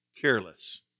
careless